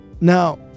now